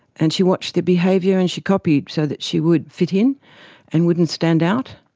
and she watched their behaviour and she copied so that she would fit in and wouldn't stand out.